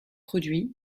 produits